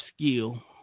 skill